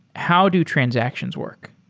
how do transactions work?